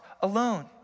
alone